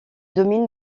domine